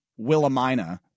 Willamina